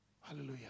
Hallelujah